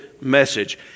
message